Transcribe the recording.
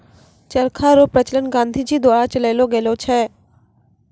चरखा रो प्रचलन गाँधी जी द्वारा चलैलो गेलो छै